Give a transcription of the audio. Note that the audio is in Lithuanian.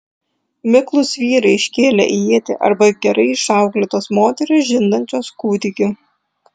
miklūs vyrai iškėlę ietį arba gerai išauklėtos moterys žindančios kūdikį